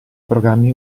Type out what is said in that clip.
programmi